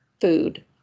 food